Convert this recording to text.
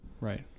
Right